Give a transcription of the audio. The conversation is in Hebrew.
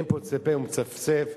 ואין פוצה פה ומצפצף.